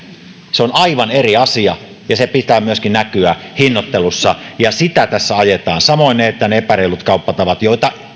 se on aivan eri asia ja sen pitää myöskin näkyä hinnoittelussa ja sitä tässä ajetaan samoin ne epäreilut kauppatavat joita